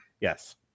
Yes